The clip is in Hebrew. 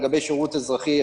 לגבי שירות אזרחי,